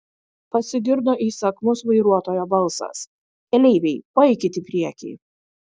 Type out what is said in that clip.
pasigirdo įsakmus vairuotojo balsas keleiviai paeikit į priekį